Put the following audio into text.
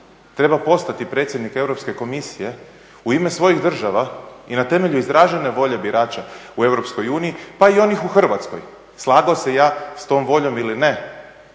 treba poslati predsjednik Europske komisije u ime svojih država i na temelju izražene volje birača u EU, pa i onih u Hrvatskoj, slagao se ja s tom voljom ili ne,